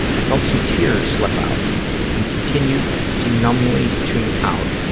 i felt some tears slip out and continued to numbly tune out